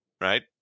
right